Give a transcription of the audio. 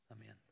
Amen